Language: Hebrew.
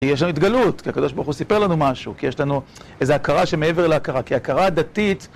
יש לנו התגלות, כי הקב"ה סיפר לנו משהו, כי יש לנו איזה הכרה שמעבר להכרה, כי הכרה דתית...